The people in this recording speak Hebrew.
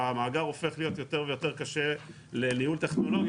המאגר הופך להיות יותר ויותר קשה לניהול טכנולוגי.